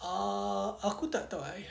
ah aku tak tahu eh